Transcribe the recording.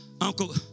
Uncle